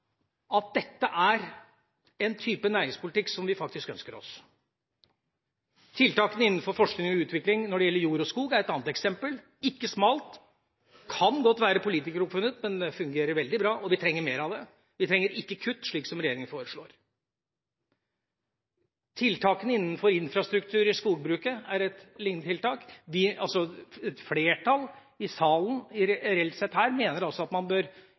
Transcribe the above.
at dette er en type næringspolitikk som vi faktisk ønsker oss. Tiltakene innenfor forskning og utvikling når det gjelder jord og skog, er et annet eksempel. De er ikke smale, de kan godt være politikeroppfunnet, men de fungerer veldig bra, og vi trenger mer av dem. Vi trenger ikke kutt, slik som regjeringen foreslår. Tiltakene innenfor infrastruktur i skogbruket er lignende tiltak. Et flertall i salen her – reelt sett – mener at man bør